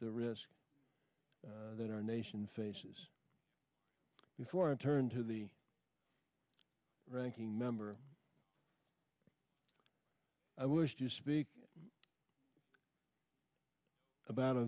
the risk that our nation faces before i turn to the ranking member i wish to speak about a